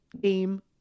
game